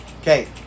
Okay